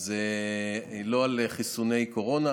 ולא על חיסוני קורונה.